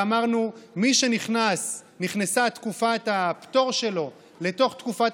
ואמרנו: מי שנכנסה תקופת הפטור שלו לתוך תקופת